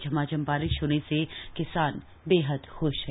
झमाझम बारिश होने से किसान बेहद खुश हैं